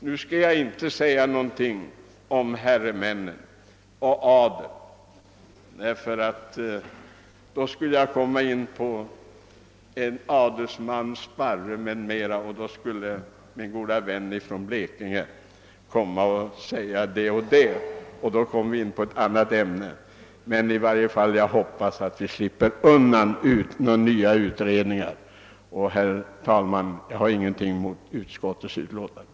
Nu skall jag inte säga någonting om herremännen och adeln — då skulle jag beröra en adelsman vid namn Sparre, och min gode vän från Blekinge skulle stå upp och säga ett och annat. På så sätt skulle vi komma in på ett annat ämne. Herr talman! Jag hoppas att vi slipper nya utredningar. Jag har därför ingenting emot utskottets utlåtande.